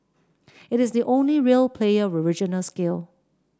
it is the only real player with regional scale